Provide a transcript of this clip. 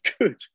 good